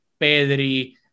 Pedri